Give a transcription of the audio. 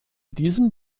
diesem